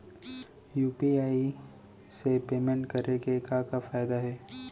UPI से payment करे के का का फायदा हे?